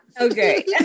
Okay